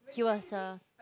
he was a